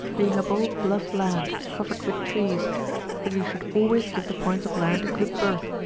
being a bold bluff land, covered with trees but you should always give the points of land a good berth,